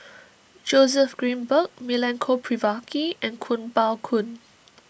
Joseph Grimberg Milenko Prvacki and Kuo Pao Kun